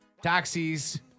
taxis